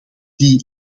die